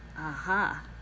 aha